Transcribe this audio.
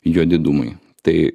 juodi dūmai tai